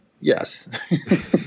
yes